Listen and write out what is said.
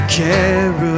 care